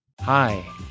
Hi